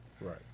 Right